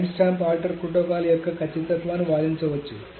timestamp order protocol యొక్క ఖచ్చితత్వాన్ని వాదించవచ్చు